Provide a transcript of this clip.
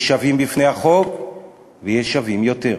יש שווים לפני החוק ויש שווים יותר.